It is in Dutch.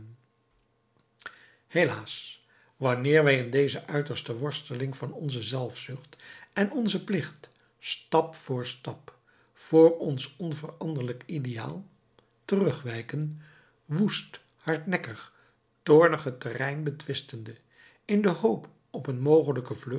helaas wanneer wij in deze uiterste worsteling van onze zelfzucht en onzen plicht stap voor stap voor ons onveranderlijk ideaal terugwijken woest hardnekkig toornig het terrein betwistende in de hoop op een mogelijke